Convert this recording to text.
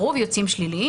הרוב יוצאים שליליים.